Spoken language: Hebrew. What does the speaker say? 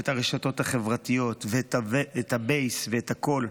את הרשתות החברתיות, את הבייס ואת הכול.